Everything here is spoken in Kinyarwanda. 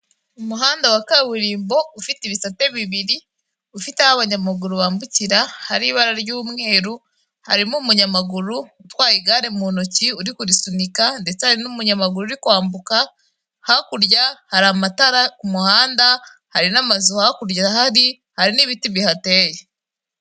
Umuhanda wa kaburimbo ufite ibisate bibiri, ufite aho abanyamaguru bambukira, hari ibara ry'umweru harimo umunyamaguru utwaye igare mu ntoki uri kurisunika, ndetse hari n'umunyamaguru uri kwambuka, hakurya hari amatara ku muhanda hari n'amazu, hakurya hari n'ibiti bihateye.